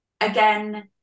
Again